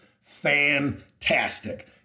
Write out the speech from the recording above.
Fantastic